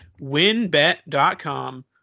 winbet.com